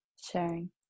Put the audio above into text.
sharing